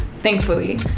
thankfully